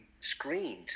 screened